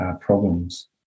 problems